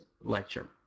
lecture